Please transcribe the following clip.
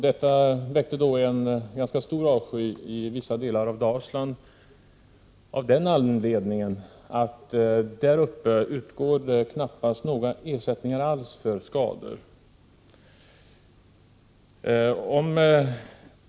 Detta väckte ganska stor avsky i vissa delar av Dalsland, av den anledningen att det där utgår knappt några ersättningar alls för skador.